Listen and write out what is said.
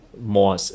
more